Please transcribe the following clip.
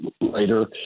later